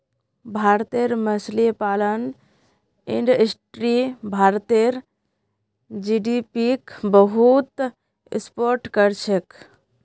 भारतेर मछली पालन इंडस्ट्री भारतेर जीडीपीक बहुत सपोर्ट करछेक